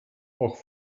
auch